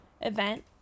event